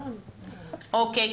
אוקיי.